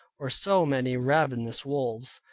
or so many ravenous wolves,